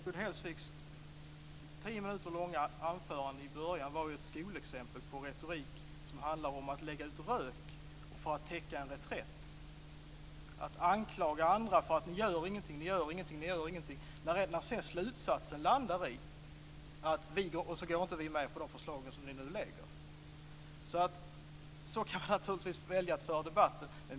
Fru talman! Gun Hellsviks tio minuter långa anförande i början av debatten var ett skolexempel på retorik som handlar om att lägga ut rök för att täcka en reträtt. Man anklagar andra och säger: Ni gör ingenting, men till slut landar man i: Vi går inte med på de förslag som ni nu lägger fram. Så kan man naturligtvis välja att föra debatten.